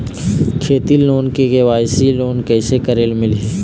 खेती loan KYC loan कइसे करे ले मिलही?